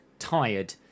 Tired